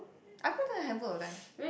I've gotten a handful of times